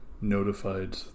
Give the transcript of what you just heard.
notified